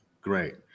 Great